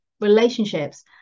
relationships